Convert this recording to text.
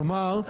כלומר,